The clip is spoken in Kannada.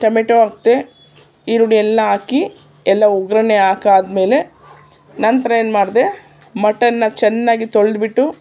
ಟಮೇಟೊ ಹಾಕಿದೆ ಈರುಳ್ಳಿ ಎಲ್ಲ ಹಾಕಿ ಎಲ್ಲ ಒಗ್ಗರಣೆ ಹಾಕಾದ್ಮೇಲೆ ನಂತರ ಏನು ಮಾಡಿದೆ ಮಟನನ್ನ ಚೆನ್ನಾಗಿ ತೊಳೆದ್ಬಿಟ್ಟು